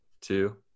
two